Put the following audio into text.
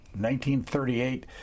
1938